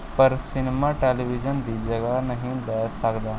ਪਰ cinema television ਦੀ ਜਗ੍ਹਾ ਨਹੀਂ ਲੈ ਸਕਦਾ